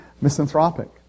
misanthropic